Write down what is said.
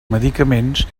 medicaments